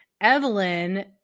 Evelyn